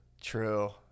True